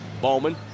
Bowman